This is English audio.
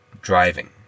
Driving